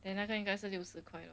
then 那个应该是六十块